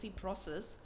process